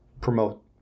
promote